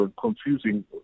confusing